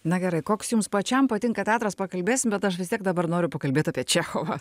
na gerai koks jums pačiam patinka teatras pakalbėsim bet aš vis tiek dabar noriu pakalbėt apie čechovą